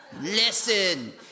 Listen